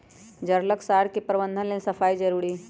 जङगल झार के प्रबंधन लेल सफाई जारुरी हइ